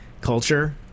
culture